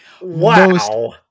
Wow